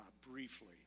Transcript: briefly